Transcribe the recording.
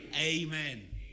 amen